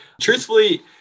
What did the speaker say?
Truthfully